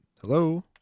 hello